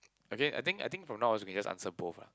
okay I think I think from now on I can just answer both ah